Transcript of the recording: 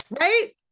right